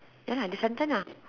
ya lah the sun ton nah